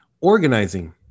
organizing